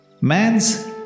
Man's